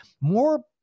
more